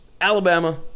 Alabama